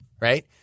right